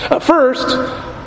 First